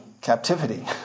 captivity